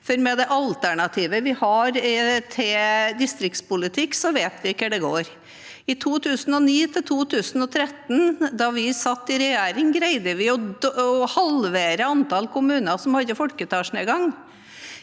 for med det alternativet vi har til distriktspolitikk, vet vi hvordan det går. I 2009–2013, da vi satt i regjering, greide vi å halvere antall kommuner som hadde folketallsnedgang.